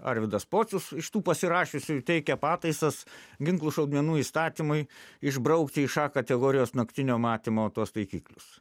arvydas pocius iš tų pasirašiusiųjų teikia pataisas ginklų šaudmenų įstatymui išbraukti iš a kategorijos naktinio matymo tuos taikiklius